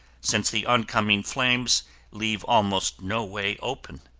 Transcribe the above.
since the oncoming flames leave almost no way open.